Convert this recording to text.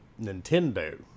Nintendo